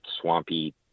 swampy